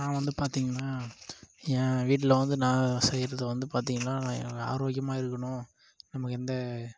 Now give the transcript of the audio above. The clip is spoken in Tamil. நான் வந்து பார்த்திங்னா என் வீட்டில் வந்து நான் செய்கிறது வந்து பார்த்திங்னா நான் எ ஆரோக்கியமாக இருக்கணும் நமக்கு எந்த